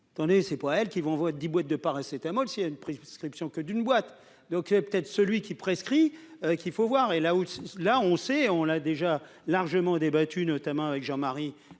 prescrits. C'est pas elle qui vont boîtes de paracétamol, si il a une préinscription que d'une boîte, donc il est peut-être celui qui prescrit qu'il faut voir et là où là on sait, on l'a déjà largement débattu notamment avec Jean Marie